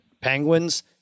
Penguins